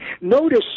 Notice